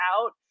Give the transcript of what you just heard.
out